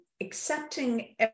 accepting